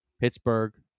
Pittsburgh